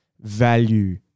value